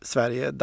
Sverige